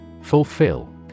FULFILL